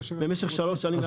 במשך שלוש שנים.